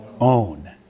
own